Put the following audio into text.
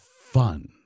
fun